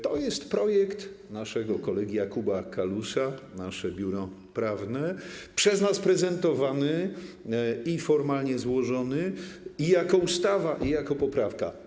To jest projekt naszego kolegi Jakuba Kalusa - nasze biuro prawne - przez nas prezentowany i formalnie złożony, i jako ustawa, i jako poprawka.